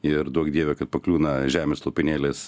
ir duok dieve kad pakliūna žemės lopinėlis